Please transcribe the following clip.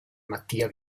mattia